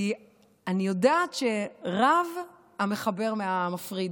כי אני יודעת שרב המחבר מהמפריד.